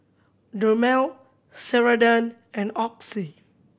Dermale Ceradan and Oxy